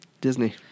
Disney